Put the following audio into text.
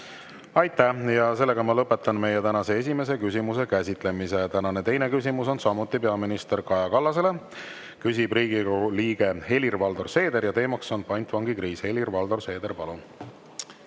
Aitäh! Lõpetan meie tänase esimese küsimuse käsitlemise. Tänane teine küsimus on samuti peaminister Kaja Kallasele, küsib Riigikogu liige Helir-Valdor Seeder ja teema on pantvangikriis. Helir-Valdor Seeder, palun!